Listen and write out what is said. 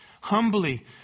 humbly